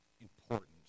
important